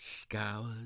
scoured